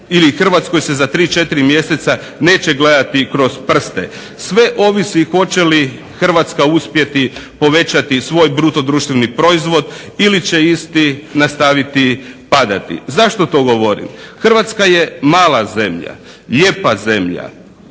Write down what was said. Hrvatskoj se za 3, 4 mjeseca neće gledati kroz prste. Sve ovisi hoće li Hrvatska uspjeti povećati svoj BDP ili će isti nastaviti padati. Zašto to govorim? Hrvatska je mala zemlja, lijepa zemlja,